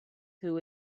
who